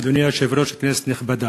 אדוני היושב-ראש, כנסת נכבדה,